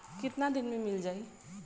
कितना दिन में मील जाई?